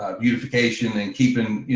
ah beautification and keep in,